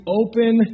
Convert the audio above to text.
open